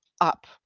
up